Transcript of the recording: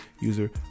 user